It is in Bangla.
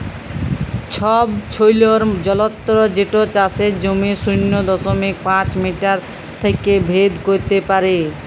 ছবছৈলর যলত্র যেট চাষের জমির শূন্য দশমিক পাঁচ মিটার থ্যাইকে ভেদ ক্যইরতে পারে